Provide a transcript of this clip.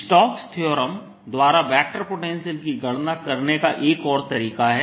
Stokes theorem द्वारा vector potential की गणना करने का एक और तरीका है